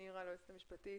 ולנירה היועצת המשפטית